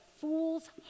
fool's